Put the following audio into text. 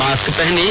mask पहनें